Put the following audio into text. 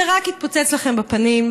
זה רק יתפוצץ לכם בפנים,